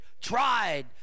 Tried